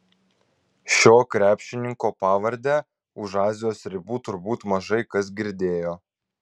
šio krepšininko pavardę už azijos ribų turbūt mažai kas girdėjo